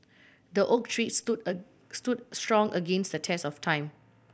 the oak tree stood stood strong against the test of time